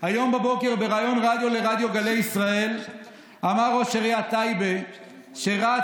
היום בבוקר בריאיון רדיו לרדיו גלי ישראל אמר ראש עיריית טייבה שרצת